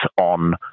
on